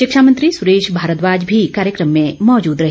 शिक्षा मंत्री सुरेश भारद्वाज भी कार्यक्रम में मौजूद रहे